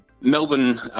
Melbourne